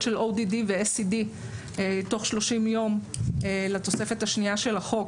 של ODD ו-SED תוך 30 יום לתוספת השנייה של החוק.